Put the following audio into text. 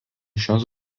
šios